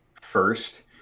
first